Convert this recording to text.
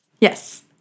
yes